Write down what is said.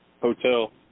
hotel